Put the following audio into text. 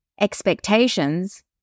expectations